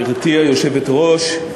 גברתי היושבת-ראש,